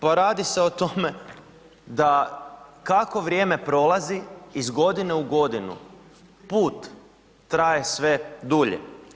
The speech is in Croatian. Pa radi se o tome kako vrijeme prolazi, iz godine u godinu, put traje sve dulje.